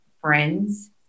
friends